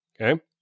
Okay